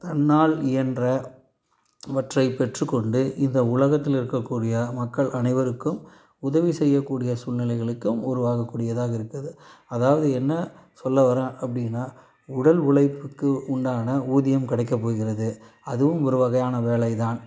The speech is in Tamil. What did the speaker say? தன்னால் இயன்ற வற்றைப் பெற்றுக்கொண்டு இந்த உலகத்தில் இருக்கக்கூடிய மக்கள் அனைவருக்கும் உதவி செய்யக்கூடிய சூழ்நிலைகளுக்கும் உருவாகக்கூடியதாக இருக்குது அதாவது என்ன சொல்ல வரேன் அப்படின்னா உடல் உழைப்புக்கு உண்டான ஊதியம் கிடைக்கப்போகிறது அதுவும் ஒரு வகையான வேலை தான்